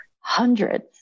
hundreds